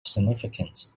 significance